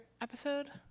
episode